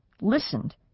listened